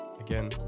again